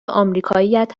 آمریکاییات